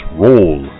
roll